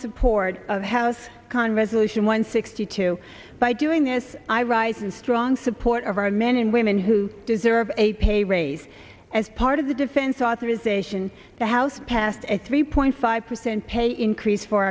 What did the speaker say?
support of house can resume action one sixty two by doing this i rise in strong support of our men and women who deserve a pay raise as part of the defense authorization the house passed a three point five percent pay increase for